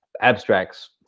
abstracts